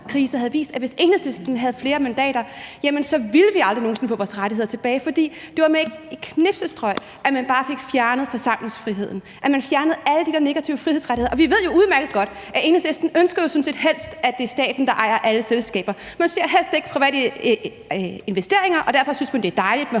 coronakrise har vist, at hvis Enhedslisten havde flere mandater, jamen så ville vi aldrig nogen sinde få vores rettigheder tilbage, for det var med et fingerknips, at man bare fik fjernet forsamlingsfriheden, at man fjernede alle de der negative frihedsrettigheder. Og vi ved jo udmærket godt, at Enhedslisten sådan set helst ønsker, at det er staten, der ejer alle selskaber. Man ser helst ikke private investeringer, og derfor synes man, det er dejligt med